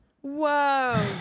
Whoa